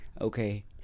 Okay